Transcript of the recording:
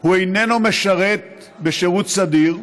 הוא איננו משרת בשירות סדיר,